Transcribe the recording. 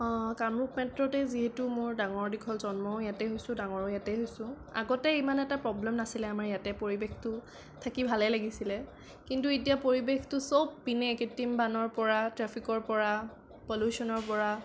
কামৰূপ মেট্ৰ'তে যিহেতু মোৰ ডাঙৰ দীঘল জন্মও ইয়াতে হৈছোঁ ডাঙৰো ইয়াতে হৈছোঁ আগতে ইমান এটা প্ৰবলেম নাছিলে আমাৰ ইয়াতে পৰিৱেশটো থাকি ভালেই লাগিছিলে কিন্তু এতিয়া পৰিৱেশটো চবপিনে কৃত্ৰিম বানৰ পৰা ট্ৰেফিকৰ পৰা পল্যোচনৰ পৰা